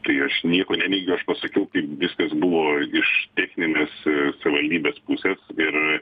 tai aš nieko neneigiu aš pasakiau kaip viskas buvo iš techninės savivaldybės pusės ir